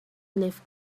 leaf